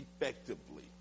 effectively